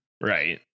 Right